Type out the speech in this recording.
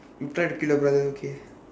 you tried to kill your brother okay